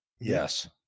yes